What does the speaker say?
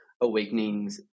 Awakenings